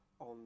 on